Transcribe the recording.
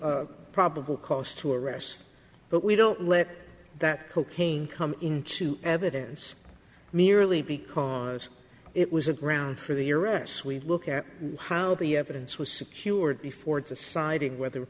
the probable cause to arrest but we don't let that cocaine come into evidence merely because it was a ground for the arrests we look at how the evidence was secured before deciding whether